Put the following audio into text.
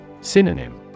Synonym